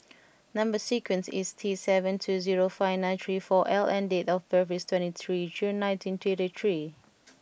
number sequence is T seven two zero five nine three four L and date of birth is twenty three June nineteen thirty three